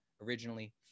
originally